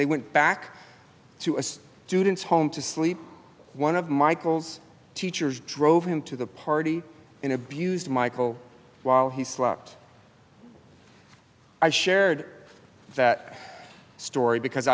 they went back to a student's home to sleep one of michael's teachers drove him to the party in abused michael while he slept i shared that story because